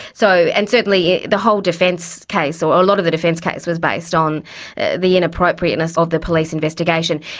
so, and certainly the whole defence case, or a lot of the defence case, was based on the inappropriateness of the police investigation.